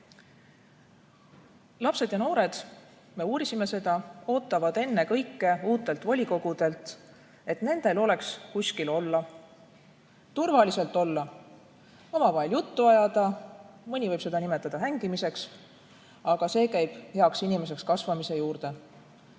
Lapsed ja noored, me uurisime seda, ootavad uutelt volikogudelt ennekõike seda, et neil oleks kuskil olla, turvaliselt olla, omavahel juttu ajada. Mõni võib seda nimetada hängimiseks, aga see käib heaks inimeseks kasvamise juurde.